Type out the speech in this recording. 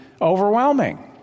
overwhelming